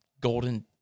golden